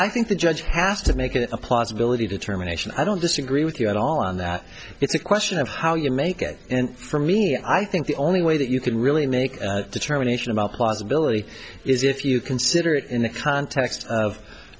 think the judge has to make it a possibility determination i don't disagree with you at all on that it's a question of how you make it and for me i think the only way that you can really make a determination about the possibility is if you consider it in the context of